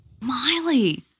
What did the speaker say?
Miley